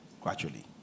gradually